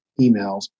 emails